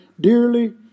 dearly